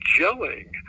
gelling